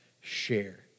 share